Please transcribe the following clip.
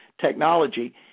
technology